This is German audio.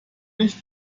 nicht